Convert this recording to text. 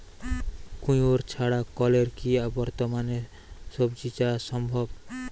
কুয়োর ছাড়া কলের কি বর্তমানে শ্বজিচাষ সম্ভব?